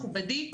מכובדי,